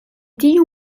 tiu